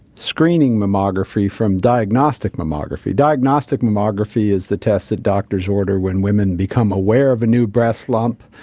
screening mammography from diagnostic mammography. diagnostic mammography is the test that doctors order when women become aware of a new breast lump.